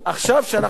כשאנחנו בקואליציה.